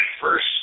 first